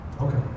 Okay